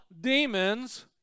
demons